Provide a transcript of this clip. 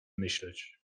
myśleć